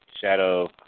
shadow